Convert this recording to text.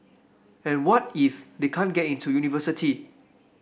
and what if they can't get into university